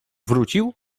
wrócił